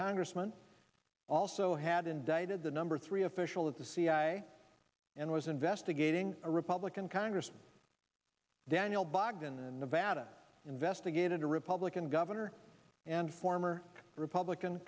congressman also had indicted the number three official at the cia and was investigating a republican congress daniel bogden and nevada investigated a republican governor and former republican